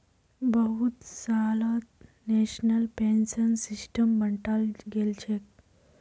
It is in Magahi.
बहुत सालत नेशनल पेंशन सिस्टमक बंटाल गेलछेक